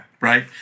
Right